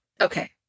Okay